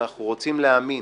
ואנחנו רוצים להאמין